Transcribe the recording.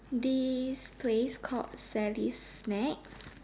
this place called Sally's snacks